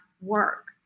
work